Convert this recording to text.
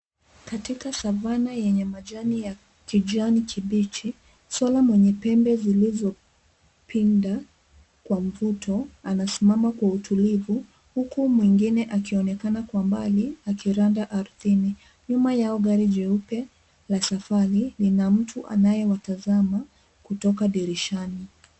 Katika savanna yenye majani ya kijani kibichi, swara mwenye pembe pinda kwa mvuto anasimama kwa utulivu huku mwingine akionekana kwa mbali akiranda ardhini. Nyuma yao gari jeupe la safari lina mtu anayewatazama kutoka dirishani.